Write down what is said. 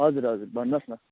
हजुर हजुर भन्नु होस् न